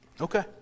Okay